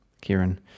Kieran